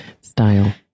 style